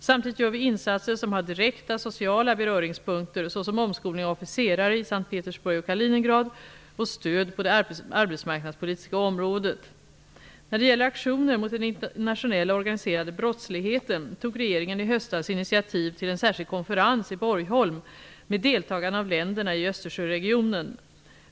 Samtidigt gör vi insatser som har direkta sociala beröringspunkter, såsom omskolning av officerare i S:t Petersburg och När det gäller aktioner mot den internationella organiserade brottsligheten, tog regeringen i höstas initiativ till en särskild konferens i Borgholm med deltagande av länderna i Östersjöregionen.